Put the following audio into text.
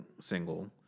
single